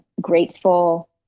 grateful